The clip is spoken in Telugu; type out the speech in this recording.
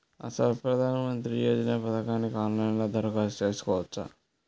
అసలు ప్రధాన మంత్రి యోజన పథకానికి ఆన్లైన్లో దరఖాస్తు చేసుకోవచ్చా?